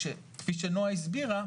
כשכפי שנעה הסבירה,